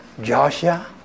Joshua